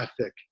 ethic